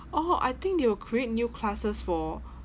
oh I think they will create new classes for